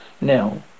now